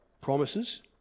promises